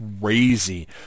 crazy